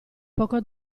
poco